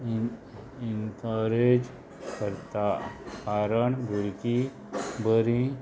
in encourage करता कारण भुरगीं बरीं